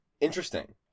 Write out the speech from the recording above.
interesting